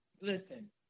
listen